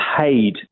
paid